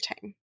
time